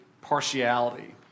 partiality